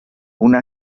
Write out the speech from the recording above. una